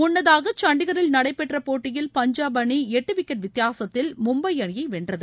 முன்னதாக சண்டிகரில் நடைபெற்ற போட்டியில் பஞ்சாப் அணி எட்டு விக்கெட் வித்தியாசத்தில் மும்பை அணியை வென்றது